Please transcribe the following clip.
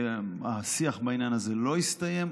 והשיח בעניין הזה לא הסתיים.